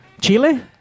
Chile